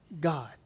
God